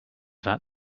that